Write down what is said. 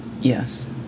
yes